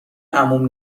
عموم